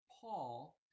Paul